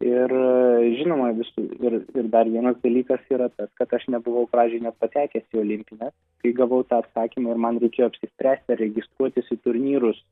ir žinoma visų ir ir dar vienas dalykas yra tas kad aš nebuvau pradžioj net patekęs į olimpines kai gavau tą atsakymą ir man reikėjo apsispręsti ar registruotis į turnyrus